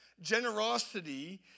Generosity